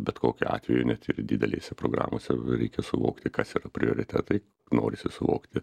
bet kokiu atveju net ir didelėse programose reikia suvokti kas yra prioritetai norisi suvokti